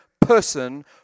person